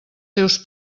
seus